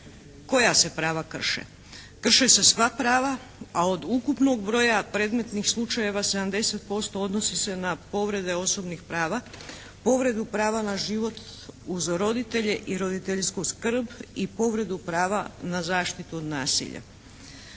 Koja se prava krše? Krše se sva prava, a od ukupnog broja predmetnih slučajeva 70% odnosi se na povrede osobnih prava, povredu prava na život uz roditelje i roditeljsku skrb i povredu prava na zaštitu od nasilja.